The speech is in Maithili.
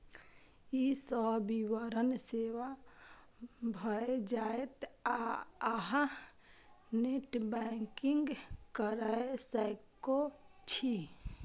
ई सब विवरण सेव भए जायत आ अहां नेट बैंकिंग कैर सकै छी